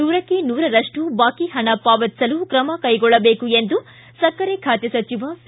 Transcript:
ನೂರಕ್ಕೆ ನೂರರಷ್ಟು ಬಾಕಿ ಹಣ ಪಾವತಿಸಲು ಕ್ರಮ ಕೈಗೊಳ್ಳಬೇಕು ಎಂದು ಸಕ್ಕರೆ ಖಾತೆ ಸಚಿವ ಸಿ